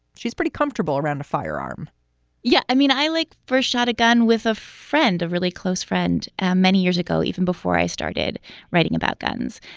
she's pretty comfortable around a firearm yeah. i mean, i like first shot a gun with a friend, a really close friend. and many years ago, even before i started writing about guns.